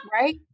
right